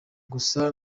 gusa